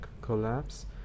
collapse